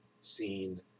seen